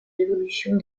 l’évolution